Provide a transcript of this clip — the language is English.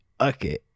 Okay